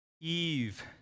Eve